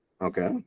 Okay